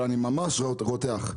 אבל אני ממש רותח.